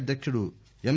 అధ్యక్తుడు ఎం